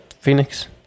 Phoenix